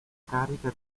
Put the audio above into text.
carica